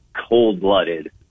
cold-blooded